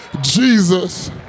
Jesus